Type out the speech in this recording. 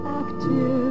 active